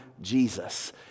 Jesus